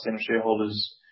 shareholders